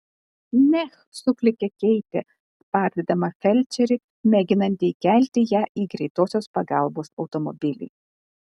neh suklykė keitė spardydama felčerį mėginantį įkelti ją į greitosios pagalbos automobilį